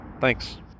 Thanks